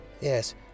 Yes